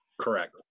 Correct